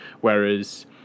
whereas